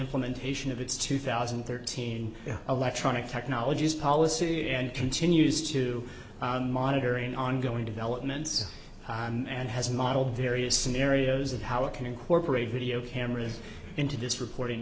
implementation of its two thousand and thirteen electronic technologies policy and continues to monitor an ongoing developments and has modeled various scenarios of how it can incorporate video cameras into this reporting